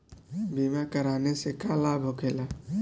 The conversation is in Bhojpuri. बीमा कराने से का लाभ होखेला?